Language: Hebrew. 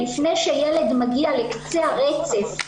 לפני שילד מגיע לקצה הרצף.